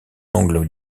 oncle